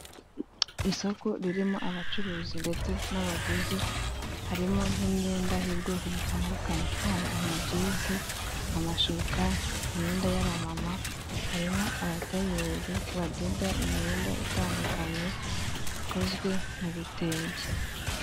Isoko ririmo abacuruzi ndetse n'abaguzi, harimo n'imyenda y'ubwoko butandukanye, haba amajezi amashuka, imyenda y'abamama harimo abatayeri badoda imyenda itandukanye ikozwe mu bitenge.